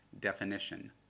definition